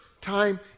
time